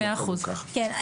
ככה,